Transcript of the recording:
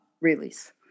release